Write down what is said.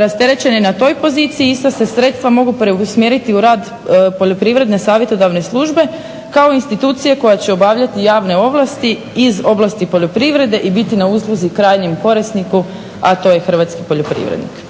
rasterećen je na toj poziciji. Ista se sredstva mogu preusmjeriti u rad Poljoprivredne savjetodavne službe kao institucije koja će obavljati javne ovlasti iz oblasti poljoprivrede i biti na usluzi krajnjem korisniku a to je hrvatski poljoprivrednik.